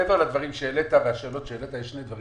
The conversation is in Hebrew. מעבר לדברים שהעלית והשאלות ששאלת,